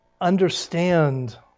understand